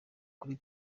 kuri